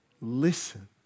listen